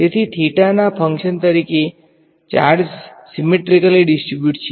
તેથી થીટા ના ફંકશન તરીકે ચાર્જસ સીમેટ્રીક્લી ડીસ્ટ્રીબ્યુટ છે